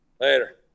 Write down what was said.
Later